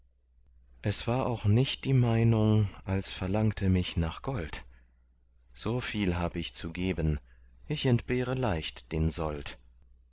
es war auch nicht die meinung als verlangte mich nach gold so viel hab ich zu geben ich entbehre leicht den sold